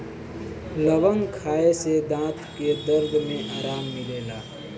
लवंग खाए से दांत के दरद में आराम मिलेला